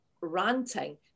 ranting